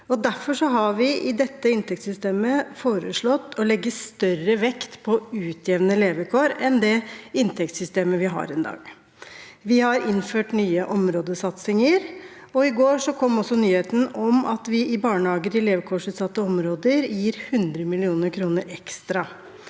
Derfor har vi i dette inntektssystemet foreslått å legge større vekt på å utjevne levekår enn det inntektssystemet vi har i dag, gjør. Vi har innført nye områdesatsinger, og i går kom nyheten om at vi til barnehager i levekårsutsatte områder gir 100 mill. kr ekstra.